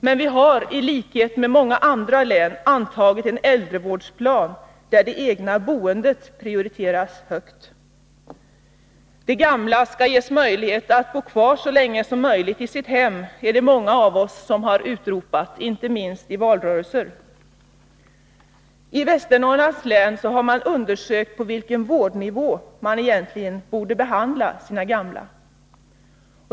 Men Jämtlands län har —ilikhet med många andra län — antagit en äldrevårdsplan, där det egna boendet prioriteras högst. ”De gamla skall ges möjlighet att bo kvar så länge som möjligt i sitt hem” är det många av oss som utropat — inte minst i valtider. I Västernorrlands län har man undersökt på vilken vårdnivå man egentligen borde behandla sina gamla.